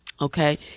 okay